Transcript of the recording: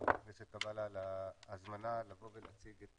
חברת הכנסת קאבלה, על ההזמנה לבוא ולהציג את